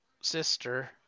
sister